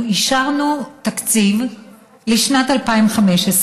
אנחנו אישרנו תקציב לשנת 2015,